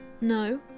No